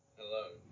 Hello